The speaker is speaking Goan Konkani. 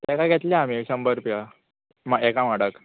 ताका घेतले आमी एक शंबर रुपया एका माडाक